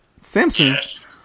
Simpsons